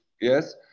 Yes